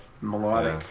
melodic